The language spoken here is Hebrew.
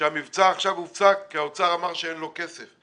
שהמבצע עכשיו הופסק כי האוצר אמר שאין לו כסף.